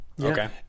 Okay